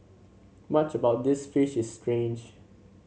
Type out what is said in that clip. much about this fish is strange